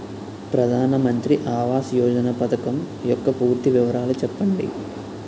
ప్రధాన మంత్రి ఆవాస్ యోజన పథకం యెక్క పూర్తి వివరాలు చెప్పండి?